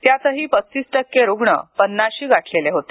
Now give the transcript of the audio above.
त्यातही पस्तीस टक्के रुग्ण पन्नाशी गाठलेले होते